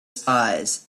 spies